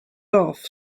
off